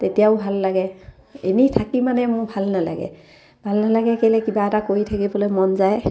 তেতিয়াও ভাল লাগে এনেই থাকি মানে মোৰ ভাল নালাগে ভাল নালাগে কেলৈ কিবা এটা কৰি থাকিবলৈ মন যায়